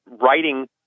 writing